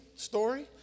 story